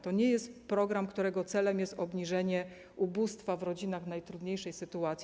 To nie jest program, którego celem jest obniżenie ubóstwa w rodzinach w najtrudniejszej sytuacji.